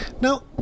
Now